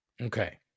okay